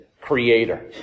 creator